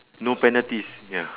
no penalties ya